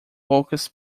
poucas